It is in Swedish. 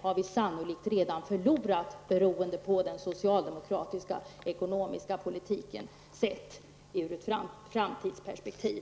har vi sannolikt redan förlorat beroende på socialdemokraternas ekonomiska politik, sett ur ett framtidsperspektiv.